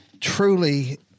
truly